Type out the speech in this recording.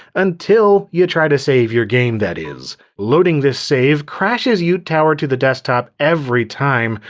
until you try to save your game, that is. loading this save crashes yoot tower to the desktop every time.